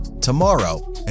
tomorrow